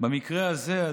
במקרה הזה,